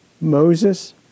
Moses